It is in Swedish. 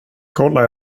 kolla